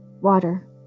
water